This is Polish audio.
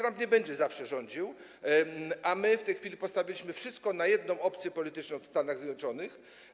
Trump nie będzie rządził zawsze, a my w tej chwili postawiliśmy wszystko na jedną opcję polityczną w Stanach Zjednoczonych.